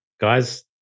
Guys